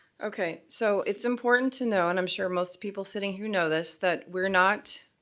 okay, so it's important to know, and i'm sure most people sitting here know this, that we're not.